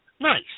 Nice